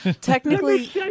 Technically